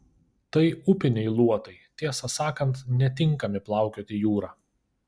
tai upiniai luotai tiesą sakant netinkami plaukioti jūra